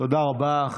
תודה רבה.